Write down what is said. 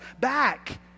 back